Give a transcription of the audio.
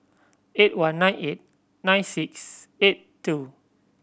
eight one nine eight nine six eight two